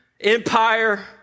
Empire